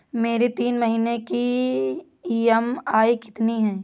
मेरी तीन महीने की ईएमआई कितनी है?